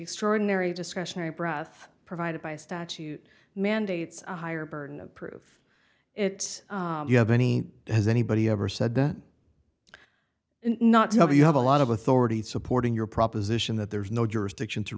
extraordinary discretionary breath provided by statute mandates a higher burden of proof it you have any has anybody ever said that not to have you have a lot of authority supporting your proposition that there's no jurisdiction to